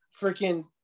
freaking